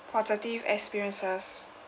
positive experiences